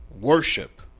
worship